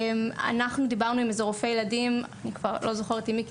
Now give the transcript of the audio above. אנחנו דיברנו עם רופא ילדים אני לא זוכרת עם מי,